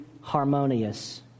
harmonious